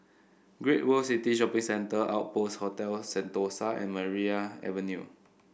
Great World City Shopping Centre Outpost Hotel Sentosa and Maria Avenue